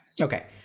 Okay